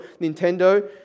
Nintendo